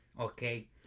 Okay